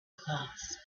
cloths